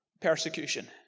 persecution